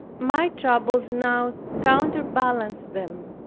my troubles now counter-balanced them.